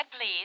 please